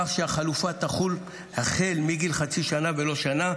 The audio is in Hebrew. כך שהחלופה תחול החל מגיל חצי שנה ולא שנה,